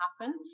happen